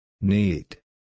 need